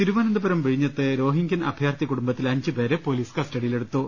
തിരുവനന്തപുരം വിഴിഞ്ഞത്ത് രോഹിൻഗ്യൻ അഭയാർത്ഥി കുടുംബ ത്തിലെ അഞ്ചുപേരെ പൊലീസ് കസ്റ്റഡിയിലെടുത്തു